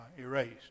erased